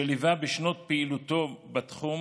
שליווה בשנות פעילותו בתחום